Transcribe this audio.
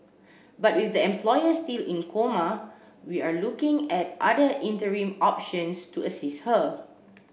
but with the employer still in coma we are looking at other interim options to assist her